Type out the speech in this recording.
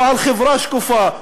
או על חברה שקופה.